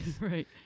Right